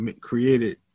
created